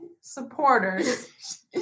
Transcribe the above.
supporters